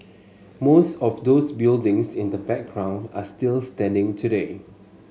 most of those buildings in the background are still standing today